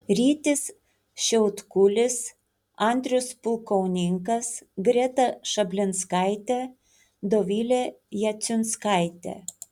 rytis šiautkulis andrius pulkauninkas greta šablinskaitė dovilė jaciunskaitė